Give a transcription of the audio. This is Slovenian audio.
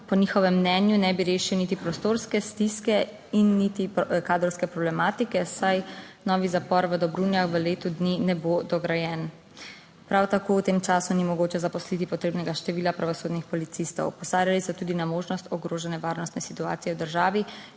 po njihovem mnenju ne bi rešil niti prostorske stiske in niti kadrovske problematike, saj novi zapor v Dobrunjah v letu dni ne bo dograjen. Prav tako v tem času ni mogoče zaposliti potrebnega števila pravosodnih policistov. Opozarjali so tudi na možnost ogrožanja varnostne situacije v državi,